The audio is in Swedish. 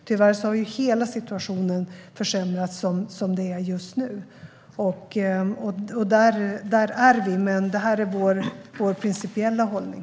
Tyvärr har hela situationen försämrats som det är just nu. Och där är vi. Men detta är vår principiella hållning.